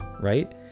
right